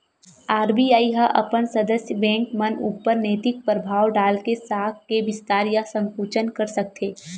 RBI ह अपन सदस्य बेंक मन ऊपर नैतिक परभाव डाल के साख के बिस्तार या संकुचन कर सकथे